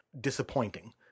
disappointing